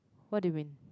what do you mean